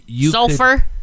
Sulfur